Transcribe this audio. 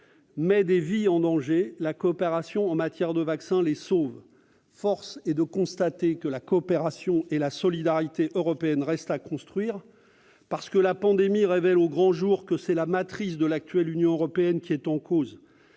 met des vies en danger, la coopération en matière de vaccins les sauve. » Force est de constater que la coopération et la solidarité européennes restent à construire. La pandémie révèle au grand jour, en effet, que c'est la matrice même de l'actuelle Union européenne qui est en cause.